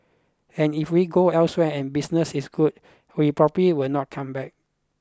and if we go elsewhere and business is good we probably will not come back